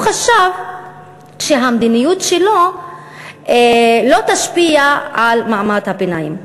הוא חשב שהמדיניות שלו לא תשפיע על מעמד הביניים.